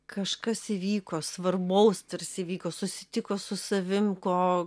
kažkas įvyko svarbaus tarsi įvyko susitiko su savim ko